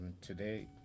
Today